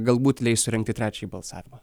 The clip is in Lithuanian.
galbūt leis surengti trečiąjį balsavimą